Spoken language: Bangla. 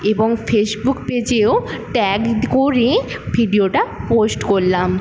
এবং ফেসবুক পেজেও ট্যাগ করে ভিডিওটা পোস্ট করলাম